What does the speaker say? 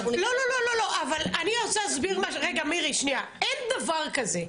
אין דבר כזה.